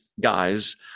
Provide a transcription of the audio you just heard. guys